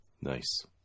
Nice